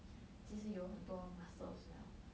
其实有很多 muscles liao